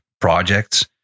projects